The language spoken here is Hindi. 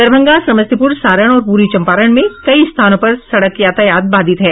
दरभंगा समस्तीपूर सारण और पूर्वी चम्पारण में कई स्थानों पर सड़क यातायात बाधित है